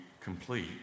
complete